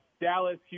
Dallas